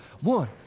One